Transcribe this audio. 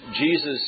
Jesus